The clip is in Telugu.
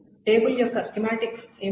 టేబుల్ యొక్క స్కీమాటిక్స్ ఏమిటి